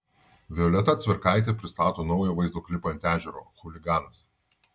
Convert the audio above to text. violeta cvirkaitė pristato naują vaizdo klipą ant ežero chuliganas